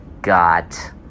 Got